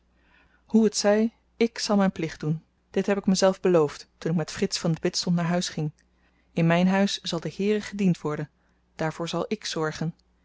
hoe het zy ik zal myn plicht doen dit heb ik mezelf toen ik met frits van den bidstond naar huis ging in myn huis zal de heere gediend worden daarvoor zal ik zorgen